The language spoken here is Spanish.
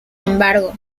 embargo